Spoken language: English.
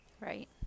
Right